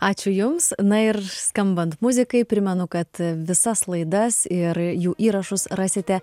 ačiū jums na ir skambant muzikai primenu kad visas laidas ir jų įrašus rasite